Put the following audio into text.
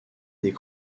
des